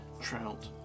trout